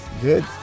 good